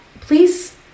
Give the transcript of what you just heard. please